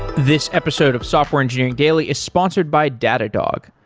this episode of software engineering daily is sponsored by datadog.